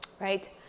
right